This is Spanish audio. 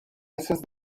meses